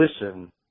listen